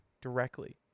directly